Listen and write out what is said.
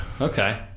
Okay